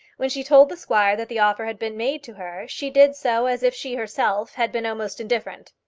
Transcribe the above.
when she told the squire that the offer had been made to her, she did so as if she herself had been almost indifferent.